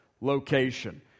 location